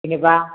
जेनेबा